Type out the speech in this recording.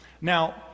now